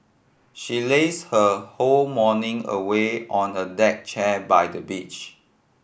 she lazed her whole morning away on a deck chair by the beach